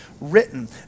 written